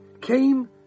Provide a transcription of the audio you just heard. came